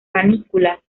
panículas